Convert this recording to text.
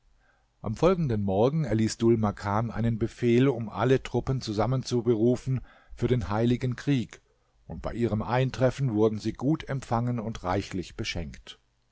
am folgenden morgen erließ dhul makan einen befehl um alle truppen zusammen zu berufen für den heiligen krieg und bei ihrem eintreffen wurden sie gut empfangen und reichlich beschenkt